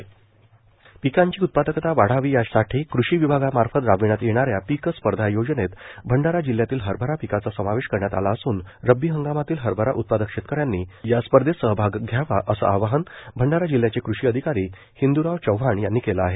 पिक स्पर्धा खरीप पणन हंगाम पिकांची उत्पादकता वाढावी यासाठी कृषी विभागामार्फत राबविण्यात येणाऱ्या पिक स्पर्धा योजनेत भंडारा जिल्ह्यातील हरभरा पिकाचा समावेश करण्यात आला असून रब्बी हंगामातील हरभरा उत्पादक शेतकऱ्यांनी या स्पर्धेत सहभाग घ्यावा असं आवाहन भंडारा जिल्ह्याचे कृषी आधिकारी हिंदूराव चव्हान यांनी केलं आहे